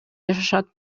жашашат